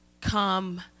come